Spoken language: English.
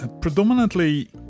predominantly